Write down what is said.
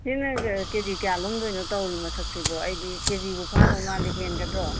ꯁꯤꯅ ꯀꯦꯖꯤ ꯀꯌꯥ ꯂꯨꯝꯗꯣꯏꯅꯣ ꯇꯧꯔꯤ ꯃꯁꯛꯁꯤꯕꯣ ꯑꯩꯗꯤ ꯀꯦꯖꯤꯕꯨ ꯐꯥꯗꯧ ꯃꯥꯟꯗꯦ ꯍꯦꯟꯒꯗ꯭ꯔꯣ